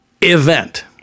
event